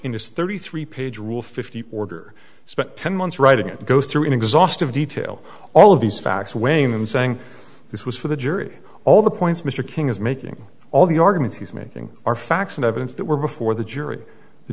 in his thirty three page rule fifty order spent ten months writing it goes through an exhaustive detail all of these facts weighing them saying this was for the jury all the points mr king is making all the arguments he's making are facts and evidence that were before the jury the